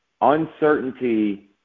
Uncertainty